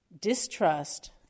distrust